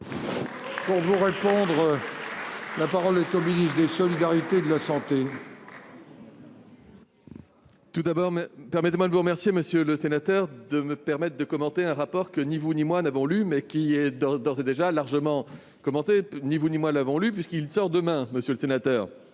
avec déficit ? La parole est à M. le ministre des solidarités et de la santé. Tout d'abord, permettez-moi de vous remercier, monsieur le sénateur, de me permettre de discuter d'un rapport que ni vous ni moi n'avons lu, mais qui est d'ores et déjà largement commenté. Ni vous ni moi ne l'avons lu, puisqu'il sort demain. Il fait